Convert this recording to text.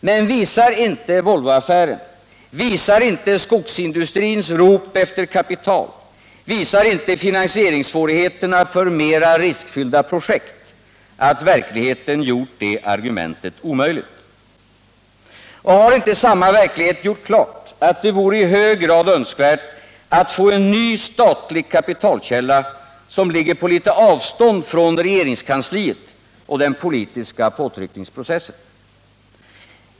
Men visar inte Volvoaffären, visar inte finansieringssvårigheterna för mera riskfyllda projekt, att verkligheten gjort det argumentet omöjligt? Och har inte samma verklighet gjort klart att det vore i hög grad önskvärt att få en ny statlig kapitalkälla, som ligger på litet avstånd från regeringskansliet och den politiska påtryckningsprocessen?